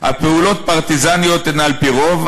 / הפעולות פרטיזניות הן על-פי-רוב,